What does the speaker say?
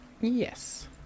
Yes